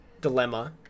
dilemma